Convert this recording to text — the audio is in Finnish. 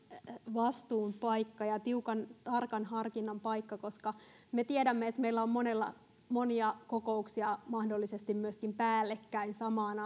vastuun paikka ja tiukan tarkan harkinnan paikka että kun me tiedämme että meistä monella on monia kokouksia mahdollisesti myöskin päällekkäin samaan